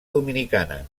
dominicana